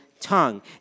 tongue